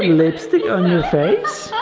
lipstick on your face.